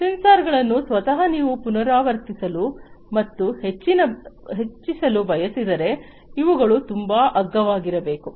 ಸೆನ್ಸಾರ್ಗಳನ್ನು ಸ್ವತಃ ನೀವು ಪುನರಾವರ್ತಿಸಲು ಮತ್ತು ಹೆಚ್ಚಿಸಲು ಬಯಸಿದರೆ ಇವುಗಳು ತುಂಬಾ ಅಗ್ಗವಾಗಿರಬೇಕು